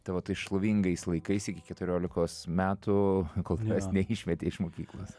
tavo tais šlovingais laikais iki keturiolikos metų kol tavęs neišmetė iš mokyklos